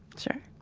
sure